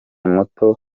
muto